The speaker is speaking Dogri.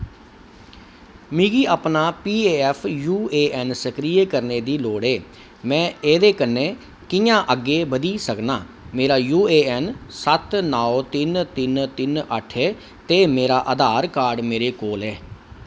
मिगी अपना पीऐफ्फ यूएएन सक्रिय करने दी लोड़ ऐ मैं एह्दे कन्नै कि'यां अग्गें बधी सकनां मेरा यूएएन सत्त नौ तिन तिन तिन अट्ठ ऐ ते मेरा आधार कार्ड मेरे कोल ऐ